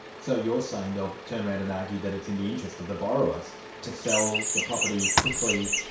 so you're saying they'll turn around and argue that it's in the interests of the borrowers to sell the property quickly,